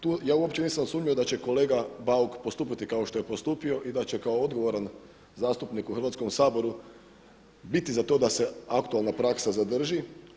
Tu ja uopće nisam sumnjao da će kolega Bauk postupati kao što je postupio i da će kao odgovoran zastupnik u Hrvatskom saboru biti za to da se aktualna praksa zadrži.